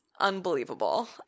unbelievable